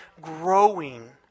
growing